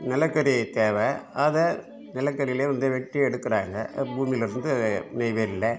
நிலக்கரி தேவை அதை நிலக்கரியில் வந்து வெட்டி எடுக்கிறாங்க பூமிலேருந்து நெய்வேலியில்